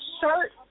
shirt